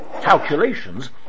calculations